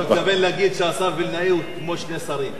אתה מתכוון להגיד שהשר וילנאי הוא כמו שני שרים.